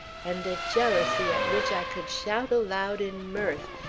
and a jealousy at which i could shout aloud in mirth,